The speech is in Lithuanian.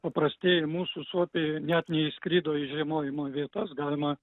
paprastieji mūsų suopiai net neišskrido į žiemojimo vietas galima